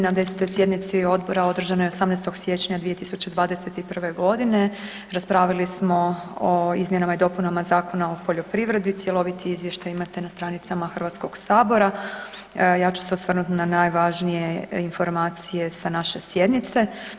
Na 10. sjednici odbora održanoj 18. siječnja 2021. g. raspravili smo o izmjenama i dopunama Zakona o poljoprivredi, cjeloviti izvještaj imate na stranicama Hrvatskog sabora, a ja ću se osvrnuti na najvažnije informacije sa naše sjednice.